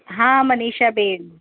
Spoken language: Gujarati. હા મનીષા બેન